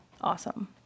awesome